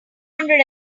hundred